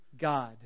God